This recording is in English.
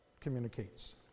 communicates